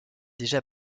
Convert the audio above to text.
déjà